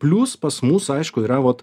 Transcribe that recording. plius pas mus aišku yra vot